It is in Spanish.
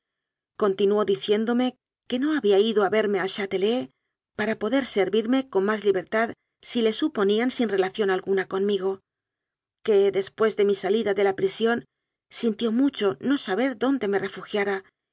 continuó diciéndome que íao había ido a verme al chátelet para poder servirme con más libertad si le suponían sin relación algu na conmigo que después de mi salida de la pri sión sintió mucho no saber dónde me refugiara